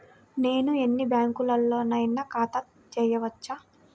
నేను ఎన్ని బ్యాంకులలోనైనా ఖాతా చేయవచ్చా?